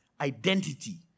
identity